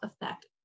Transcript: effect